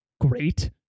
great